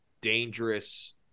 dangerous